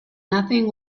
nothing